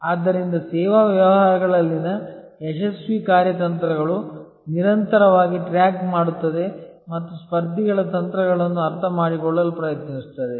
ಆದ್ದರಿಂದ ಸೇವಾ ವ್ಯವಹಾರಗಳಲ್ಲಿನ ಯಶಸ್ವಿ ಕಾರ್ಯತಂತ್ರಗಳು ನಿರಂತರವಾಗಿ ಟ್ರ್ಯಾಕ್ ಮಾಡುತ್ತದೆ ಮತ್ತು ಸ್ಪರ್ಧಿಗಳ ತಂತ್ರಗಳನ್ನು ಅರ್ಥಮಾಡಿಕೊಳ್ಳಲು ಪ್ರಯತ್ನಿಸುತ್ತದೆ